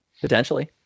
Potentially